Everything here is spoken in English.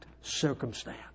circumstance